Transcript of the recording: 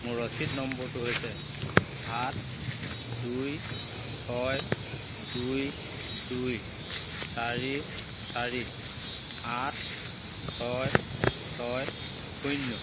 মোৰ ৰচিদ নম্বৰটো হৈছে সাত দুই ছয় দুই দুই চাৰি চাৰি আঠ ছয় ছয় শূন্য